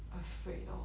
afraid lor